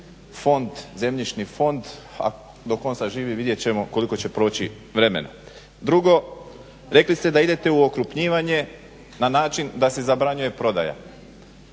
zemljišni fond, a dok on zaživi vidjet ćemo koliko će proći vremena. Drugo, rekli ste da idete u okrupnjivanje na način da se zabranjuje prodaja.